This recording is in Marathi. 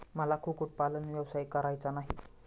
मला कुक्कुटपालन व्यवसाय करायचा नाही